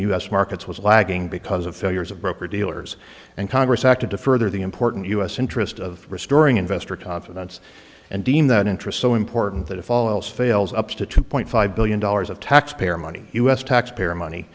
s markets was lagging because of failures of broker dealers and congress acted to further the important u s interest of restoring investor confidence and deem that interest so important that if all else fails up to two point five billion dollars of taxpayer money u s taxpayer money